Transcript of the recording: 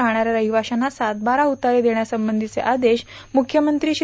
राहणाऱ्या रहिवाशांना सात बारा उतारे देण्यासंबंधीचे आदेश मुख्यमंत्री श्री